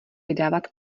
vydávat